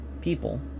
people